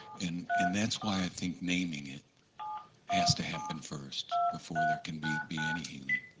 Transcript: and and that's why i think naming it has to happen first, before there can be be any healing.